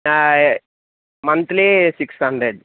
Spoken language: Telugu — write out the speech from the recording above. ఆయ్ మంత్లీ సిక్స్ హండ్రెడ్